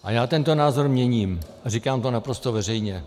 A já tento názor měním a říkám to naprosto veřejně.